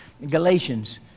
Galatians